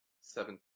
seven